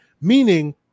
meaning